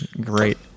great